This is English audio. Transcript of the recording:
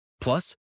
Plus